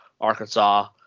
Arkansas